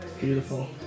Beautiful